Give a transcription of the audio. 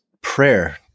prayer